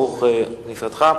ברוך אתה בכניסתך.